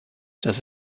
dass